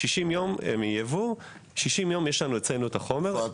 60 יום מיבוא כשיש אצלנו את החומר.